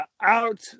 out